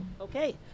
Okay